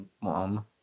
mom